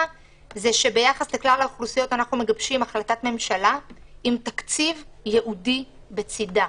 ביחס לכלל האוכלוסיות אנחנו מגבשים החלטת ממשלה עם תקציב ייעודי בצידה.